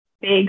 big